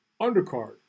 undercard